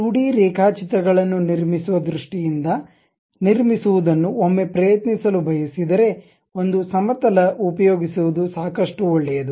2 D ರೇಖಾಚಿತ್ರಗಳನ್ನು ನಿರ್ಮಿಸುವ ದೃಷ್ಟಿಯಿಂದ ನಿರ್ಮಿಸುವದನ್ನು ಒಮ್ಮೆ ಪ್ರಯತ್ನಿಸಲು ಬಯಸಿದರೆ ಒಂದು ಸಮತಲ ಉಪಯೋಗಿಸುವದು ಸಾಕಷ್ಟು ಒಳ್ಳೆಯದು